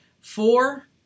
Four